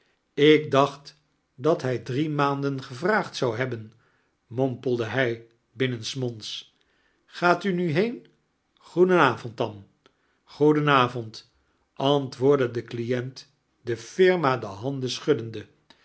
ik dacht dat hij drie maanden gevraagd zou hebben mompelde hij binnenismonds gaat u nu heen goeden avond dan go eden avond antwoordde de client de firma de handen schuddende